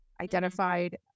identified